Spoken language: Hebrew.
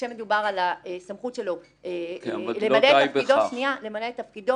כשמדובר על הסמכות שלו למלא את תפקידו